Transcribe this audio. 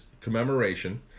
commemoration